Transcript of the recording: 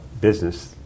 business